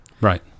Right